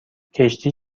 کشتی